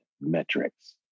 metrics